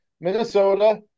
Minnesota